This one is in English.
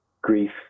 grief